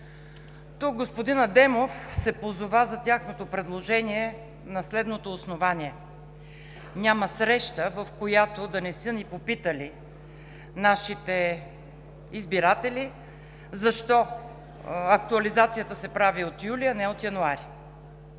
Тук господин Адемов се позова на тяхното предложение на следното основание: „Няма среща, в която да не са ни попитали нашите избиратели защо актуализацията се прави от месец юли,